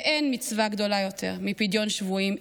ואין מצווה גדולה יותר מפדיון שבויים.